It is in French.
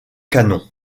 canon